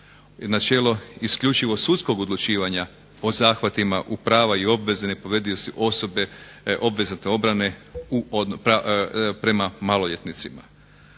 Načelo isključivo sudskog odlučivanja o zahvatima u prava i obveze nepovredivosti osobe obvezatne obrane prema maloljetnicima.